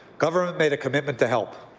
government made a commitment to help.